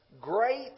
great